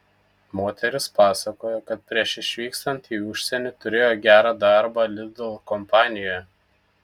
moteris pasakoja kad prieš išvykstant į užsienį turėjo gerą darbą lidl kompanijoje